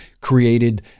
created